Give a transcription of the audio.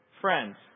friends